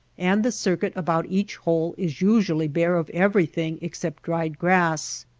and the circuit about each hole is usually bare of everything except dried grass.